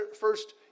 first